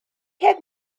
had